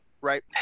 Right